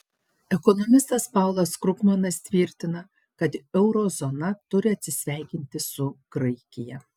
ekonomistas paulas krugmanas tvirtina kad euro zona turi atsisveikinti su graikija